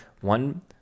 one